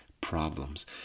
Problems